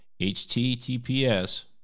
https